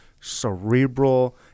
cerebral